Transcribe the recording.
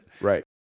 Right